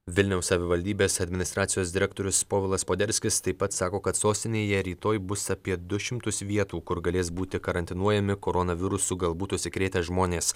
vilniaus savivaldybės administracijos direktorius povilas poderskis taip pat sako kad sostinėje rytoj bus apie du šimtus vietų kur galės būti karantinuojami koronavirusu galbūt užsikrėtę žmonės